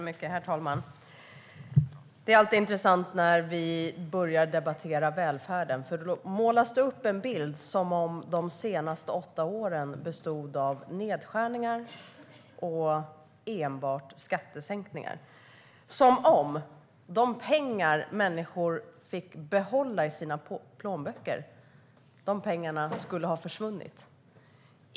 Herr talman! Det är alltid intressant när vi börjar debattera välfärden, för då målas det upp en bild av de senaste åtta åren som om de enbart bestod av nedskärningar och skattesänkningar - som om de pengar människor fick behålla i sina plånböcker skulle ha försvunnit.